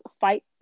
fight